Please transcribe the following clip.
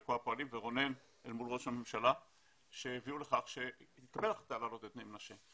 ולכל הפועלים שהביאו לכך שיעלו את בני המנשה.